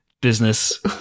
business